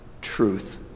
truth